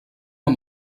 amb